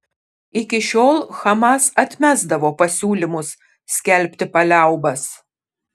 iki šiol hamas atmesdavo pasiūlymus skelbti paliaubas